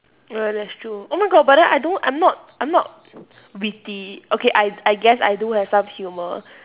ah that's true oh my god but then I don't I'm not I'm not witty okay I I guess I do have some humour